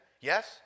Yes